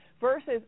versus